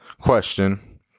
question